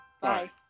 Bye